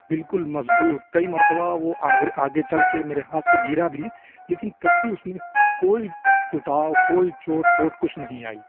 بالکل مضبوط کئی مرتبہ وہ آگے چل کے میرے ہاتھ سے گرا بھی لیکن کبھی اس میں کوئی ٹوٹاؤ کوئی چوٹ پوٹ کچھ نہیں آئی